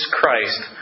Christ